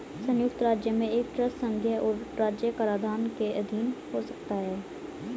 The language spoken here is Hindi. संयुक्त राज्य में एक ट्रस्ट संघीय और राज्य कराधान के अधीन हो सकता है